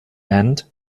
and